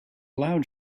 loud